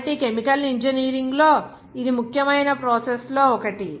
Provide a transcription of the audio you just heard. కాబట్టి కెమికల్ ఇంజనీరింగ్లో ఇది ముఖ్యమైన ప్రాసెస్ లలో ఒకటి